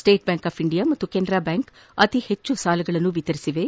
ಸ್ನೇಟ್ Bank of India ಮತ್ತು Canara Bank ಅತಿ ಹೆಚ್ಚು ಸಾಲಗಳನ್ನು ವಿತರಿಸಿವೆ